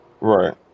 right